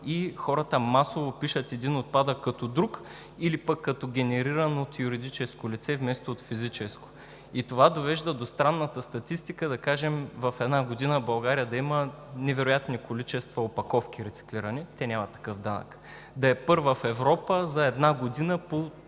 и хората масово пишат един отпадък като друг или пък като генериран от юридическо лице, вместо от физическо. Това довежда до странната статистика, да кажем, в една година в България да има невероятни количества рециклирани опаковки – те нямат такъв данък; да е първа в Европа за една година по